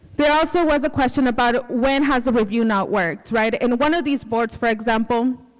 there also was a question about when has a review not worked, right? in one of these boards, for example,